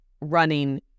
running